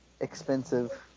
expensive